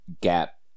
gap